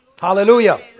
Hallelujah